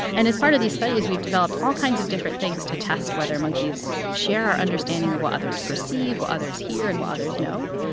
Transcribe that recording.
and as part of these studies, we've developed all kinds of different things to test whether monkeys share our understanding of what others perceive, what others hear and what others know.